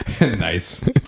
Nice